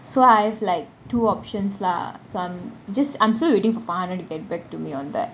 so I have like two options lah so I'm just I'm still waiting for farhanah to get back to me on that